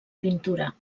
pintura